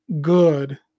good